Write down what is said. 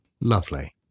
Lovely